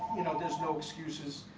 you know there's no excuses.